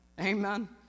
Amen